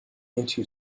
into